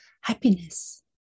happiness